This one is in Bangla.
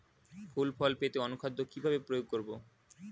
ফুল ফল পেতে অনুখাদ্য কিভাবে প্রয়োগ করব?